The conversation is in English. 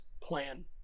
plan